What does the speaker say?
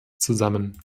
zusammen